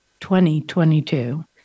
2022